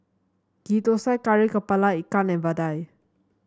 Ghee Thosai Kari kepala Ikan and vadai